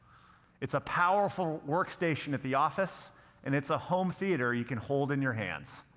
it's a powerful work station at the office and it's a home theater you can hold in your hands.